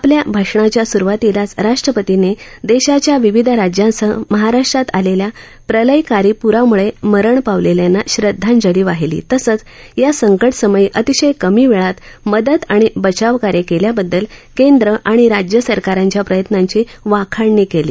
आपल्या भाषणाच्या सुरुवातीलाच राष्ट्रपतींनी देशाच्या विविध राज्यांसह महाराष्ट्रात आलेल्या प्रलंयकारी प्रामुळे मरण पावलेल्यांना श्रदधांजली वाहिली तसंच या संकटसमयी अतिशय कमी वेळात मदत आणि बचावकार्य केल्याबददल केंद्र आणि राज्यसरकारांच्या प्रयत्नांची वाखाणणी केली